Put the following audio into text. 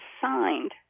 signed